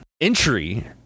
entry